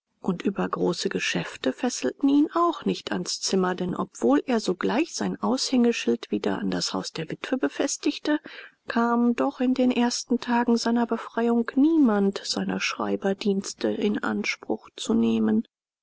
und übergroße geschäfte fesselten ihn auch nicht ans zimmer denn obwohl er sogleich sein aushängeschild wieder an das haus der witwe befestigte kam doch in den ersten tagen seiner befreiung niemand seine schreiberdienste in anspruch zu nehmen